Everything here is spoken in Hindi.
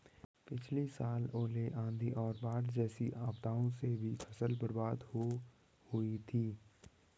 पिछली साल ओले, आंधी और बाढ़ जैसी आपदाओं से भी फसल बर्बाद हो हुई थी